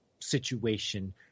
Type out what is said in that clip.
Situation